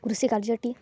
କୃଷି କାର୍ଯ୍ୟଟି